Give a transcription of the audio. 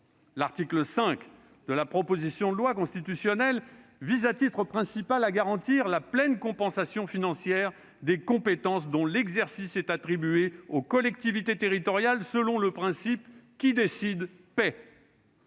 L'article 5 de la proposition de loi constitutionnelle vise, à titre principal, à garantir la pleine compensation financière des compétences dont l'exercice est attribué aux collectivités territoriales selon le principe « qui décide paie ».